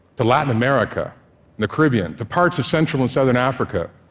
to latin america and the caribbean, to parts of central and southern africa,